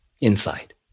inside